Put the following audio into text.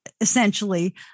essentially